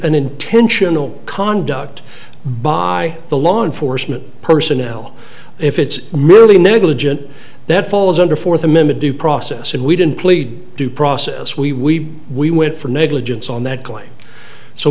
an intentional conduct by the law enforcement personnel if it's merely negligent that falls under fourth amendment due process and we didn't plead due process we we went for negligence on that claim so